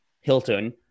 Hilton